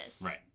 Right